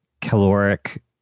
caloric